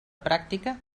pràctica